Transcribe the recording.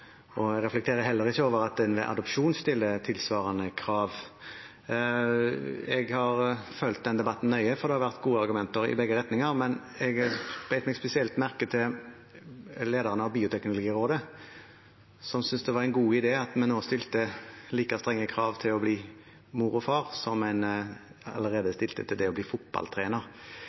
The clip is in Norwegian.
krav. Jeg har fulgt denne debatten nøye, for det har vært gode argumenter i begge retninger. Men jeg bet meg spesielt merke i lederen av Bioteknologirådet, som syntes det var en god idé at vi nå stilte like strenge krav til å bli mor og far som en allerede stilte til det å bli